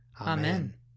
Amen